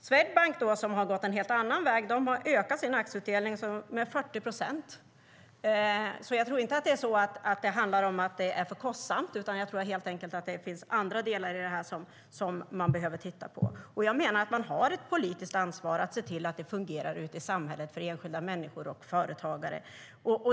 Swedbank, som har gått en helt annan väg, har ökat sin aktieutdelning med 40 procent. Det handlar alltså knappast om att det är för kostsamt, utan det finns andra delar i detta som man behöver titta på. Vi har ett politiskt ansvar att se till att det fungerar ute i samhället, för enskilda människor och företagare.